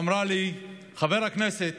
ואמרה לי: חבר הכנסת,